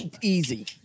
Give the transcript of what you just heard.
Easy